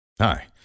Hi